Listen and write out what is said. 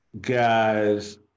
guys